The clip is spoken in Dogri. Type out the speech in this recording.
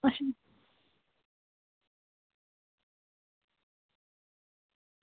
अच्छा